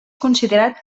considerat